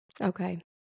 Okay